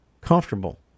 comfortable